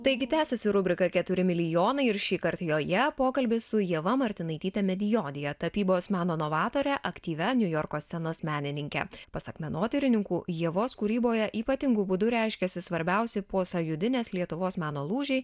taigi tęsiasi rubrika keturi milijonai ir šįkart joje pokalbis su ieva martinaityte medijodija tapybos meno novatore aktyvia niujorko scenos menininke pasak menotyrininkų ievos kūryboje ypatingu būdu reiškiasi svarbiausi posąjūdinės lietuvos meno lūžiai